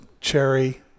cherry